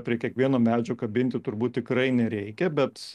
prie kiekvieno medžio kabinti turbūt tikrai nereikia bet